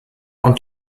und